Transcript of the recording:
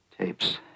tapes